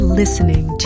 listening